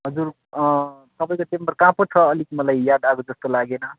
हजुर तपाईँको च्याम्बर कहाँ पो छ अलिक मलाई याद आएको जस्तो लागेन